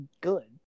good